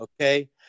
Okay